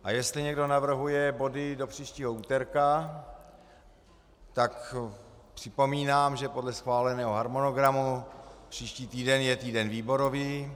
A jestli někdo navrhuje body do příštího úterka, tak připomínám, že podle schváleného harmonogramu příští týden je týden výborový.